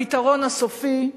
"הפתרון הסופי".